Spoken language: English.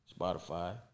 Spotify